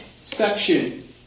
section